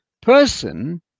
Person